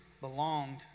belonged